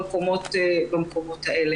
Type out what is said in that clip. עד כאן.